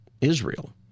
Israel